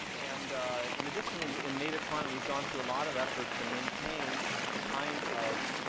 and in addition, and in native client, we've gone through a lot of effort to maintain the kind of